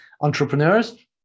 entrepreneurs